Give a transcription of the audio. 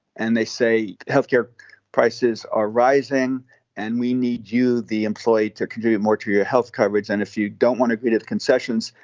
and they say health care prices are rising and we need you, the employee, to contribute more to your health coverage. and if you don't want to agree to the concessions,